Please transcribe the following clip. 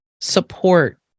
support